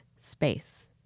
space